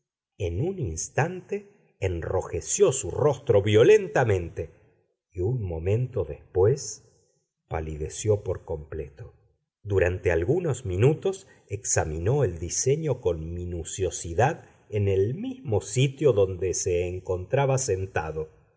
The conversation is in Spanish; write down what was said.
en un instante enrojeció su rostro violentamente y un momento después palideció por completo durante algunos minutos examinó el diseño con minuciosidad en el mismo sitio donde se encontraba sentado